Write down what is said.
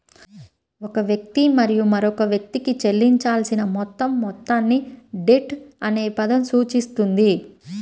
ఒక వ్యక్తి మరియు మరొక వ్యక్తికి చెల్లించాల్సిన మొత్తం మొత్తాన్ని డెట్ అనే పదం సూచిస్తుంది